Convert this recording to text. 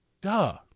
Duh